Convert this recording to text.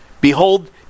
behold